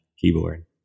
keyboard